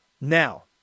Now